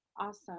Awesome